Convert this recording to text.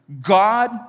God